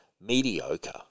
mediocre